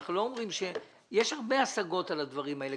יש הרבה השגות על הדברים האלה.